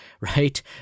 right